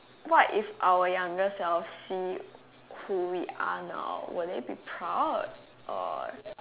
what if our younger self sees who we are now will they be proud or